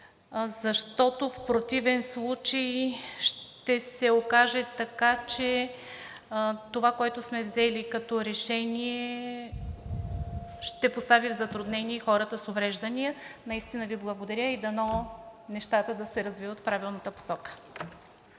защото в противен случай ще се окаже така, че това, което сме взели като решение, ще постави в затруднение хората с увреждания. Наистина Ви благодаря и дано нещата да се развиват в правилната посока.